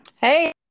Hey